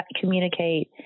communicate